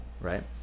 right